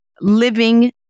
living